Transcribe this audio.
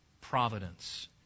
providence